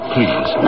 Please